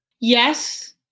Yes